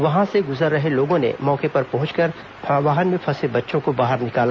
वहां से गुजर रहे लोगों ने मौके पर पहंचकर वाहन में फंसे बच्चों को बाहर निकाला